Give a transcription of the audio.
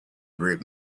break